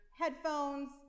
headphones